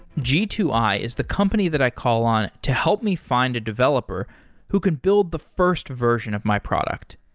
g two i is the company that i call on to help me find a developer who can build the first version of my product.